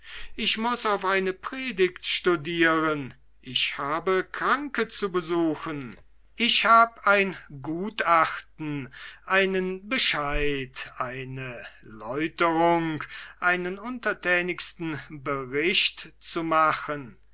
ich muß auf eine predigt studieren ich habe kranke zu besuchen ich hab ein gutachten einen bescheid eine leuterung einen untertänigsten bericht zu machen